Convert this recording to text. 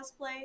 cosplay